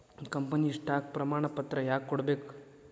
company stock ಪ್ರಮಾಣಪತ್ರ ಯಾಕ ಕೊಡ್ಬೇಕ್